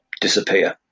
disappear